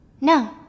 No